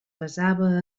basava